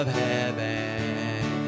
heaven